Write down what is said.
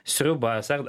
sriubas ar